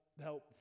help